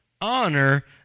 Honor